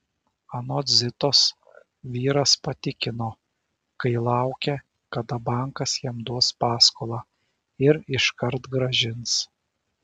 anot zitos vyras patikino kai laukia kada bankas jam duos paskolą ir iškart grąžins